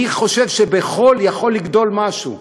מי חושב שבחול יכול לגדול משהו?